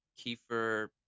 kiefer